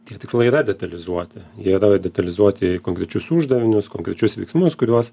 tie tikslai yra detalizuoti jie yra detalizuoti į konkrečius uždavinius konkrečius veiksmus kuriuos